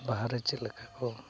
ᱵᱟᱦᱟᱨᱮ ᱪᱮᱫ ᱞᱮᱠᱟ ᱠᱚ